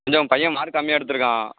கொஞ்சம் பையன் மார்க் கம்மியாக எடுத்திருக்கான்